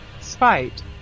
spite